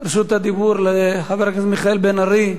רשות הדיבור לחבר הכנסת מיכאל בן-ארי,